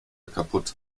kaputt